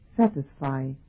satisfy